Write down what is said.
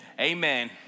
amen